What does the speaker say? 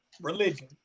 religion